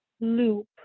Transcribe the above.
loop